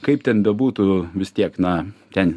kaip ten bebūtų vis tiek na ten